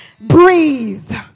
breathe